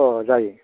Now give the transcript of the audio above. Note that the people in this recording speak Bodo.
अ जायो